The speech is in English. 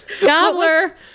Gobbler